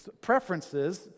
preferences